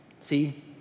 See